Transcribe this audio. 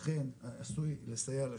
אכן עשוי לסייע לשוק.